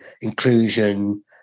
inclusion